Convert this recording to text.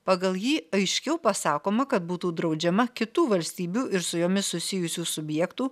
pagal jį aiškiau pasakoma kad būtų draudžiama kitų valstybių ir su jomis susijusių subjektų